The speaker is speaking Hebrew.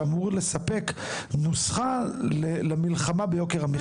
שאמור לספק נוסחה למלחמה ביוקר המחייה.